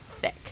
thick